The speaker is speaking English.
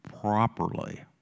properly